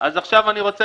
אז עכשיו אני רוצה,